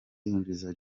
yinjiza